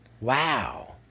Wow